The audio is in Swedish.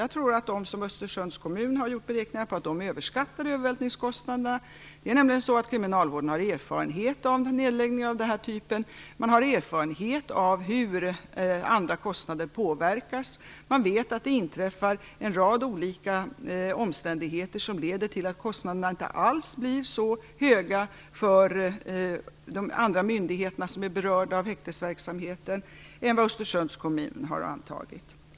Jag tror att man, Östersunds kommun har ju gjort beräkningar, överskattar övervältringskostnaderna. Kriminalvården har nämligen erfarenhet av nedläggningar av den här typen. Man har erfarenhet av hur andra kostnader påverkas. Man vet att en rad olika omständigheter inträffar som leder till att kostnaderna inte alls blir så höga för andra myndigheter som är berörda av häktesverksamheten som Östersunds kommun har antagit.